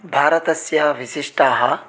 भारतस्य विशिष्टाः